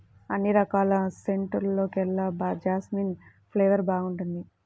అన్ని రకాల సెంటుల్లోకెల్లా జాస్మిన్ ఫ్లేవర్ బాగుంటుంది